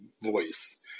voice